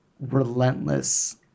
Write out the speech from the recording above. relentless